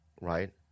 right